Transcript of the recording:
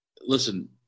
listen